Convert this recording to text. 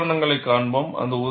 சில உதாரணங்களைக் காண்போம்